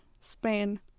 Spain